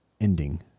ending